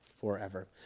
forever